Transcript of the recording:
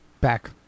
back